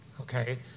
okay